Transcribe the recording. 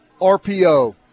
RPO